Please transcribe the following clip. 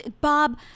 Bob